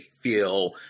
feel